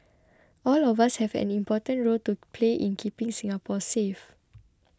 all of us have an important role to play in keeping Singapore safe